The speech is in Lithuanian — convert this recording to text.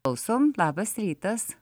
klausom labas rytas